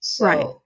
right